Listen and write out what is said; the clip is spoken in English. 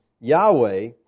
Yahweh